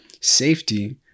safety